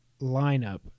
lineup